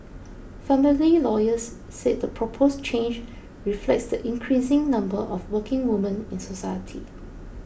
family lawyers said the proposed change reflects the increasing number of working women in society